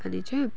अनि चाहिँ